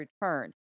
return